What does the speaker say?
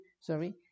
sorry